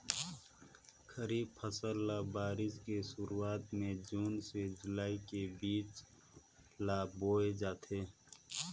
खरीफ फसल ल बारिश के शुरुआत में जून से जुलाई के बीच ल बोए जाथे